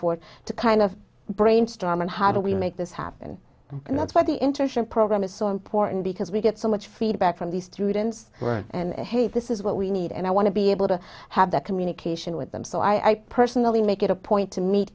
forth to kind of brainstorm and how do we make this happen and that's why the internship program is so important because we get so much feedback from these through dence and hey this is what we need and i want to be able to have that communication with them so i personally make it a point to meet